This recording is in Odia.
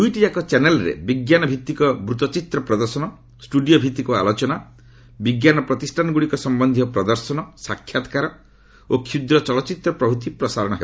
ଦୁଇଟି ଯାକ ଚ୍ୟାନେଲ୍ରେ ବିଜ୍ଞାନଭିଭିକ ବୃତ୍ତଚିତ୍ର ପ୍ରଦର୍ଶନ ଷ୍ଟୁଡିଓ ଭିତ୍ତିକ ଆଲୋଚନା ବିଜ୍ଞାନ ପ୍ରତିଷ୍ଠାନଗୁଡ଼ିକ ସମ୍ବନ୍ଧୀୟ ପ୍ରଦର୍ଶନ ସାକ୍ଷାତକାର ଓ କ୍ଷୁଦ୍ର ଚଳଚ୍ଚିତ୍ର ପ୍ରଭୂତି ପ୍ରସାରଣ ହେବ